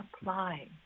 apply